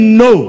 no